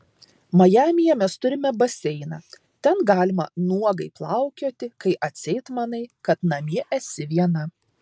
majamyje mes turime baseiną ten galima nuogai plaukioti kai atseit manai kad namie esi viena